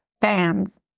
fans